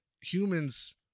humans